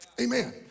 Amen